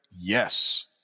Yes